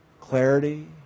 clarity